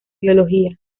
biología